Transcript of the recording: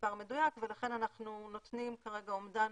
מספר מדויק ולכן אנחנו נותנים כרגע אומדן